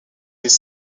des